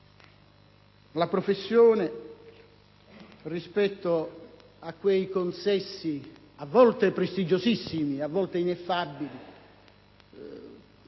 la professione rispetto a quei consessi, a volte prestigiosissimi, a volte ineffabili,